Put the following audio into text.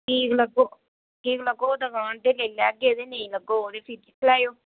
ठीक लग्गो ठीक लग्गो दकान ते लेई लैगे नेईं लग्गो ते फ्ही दिक्खी लैएओ